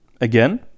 Again